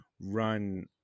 run